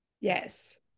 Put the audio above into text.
yes